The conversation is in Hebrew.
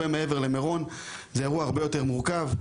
כך שזה אירוע הרבה יותר מורכב רק ממירון.